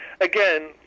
again